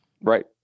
Right